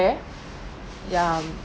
care ya